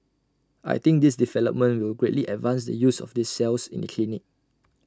I think this development will greatly advance the use of these cells in the clinic